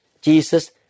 Jesus